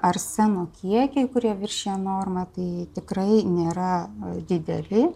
arseno kiekiai kurie viršija normą tai tikrai nėra dideli